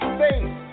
face